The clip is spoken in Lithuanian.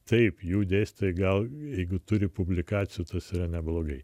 taip jų dėstytojai gal jeigu turi publikacijų tas yra neblogai